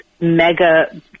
mega-